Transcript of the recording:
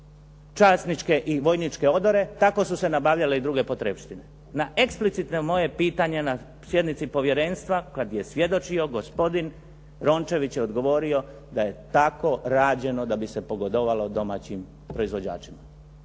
časničke i vojničke odore, tako su se nabavljale i druge potrepštine. Na eksplicitno moje pitanje na sjednici Povjerenstva kad je svjedočio gospodin Rončević je odgovorio da je tako rađeno da bi se pogodovalo domaćim proizvođačima.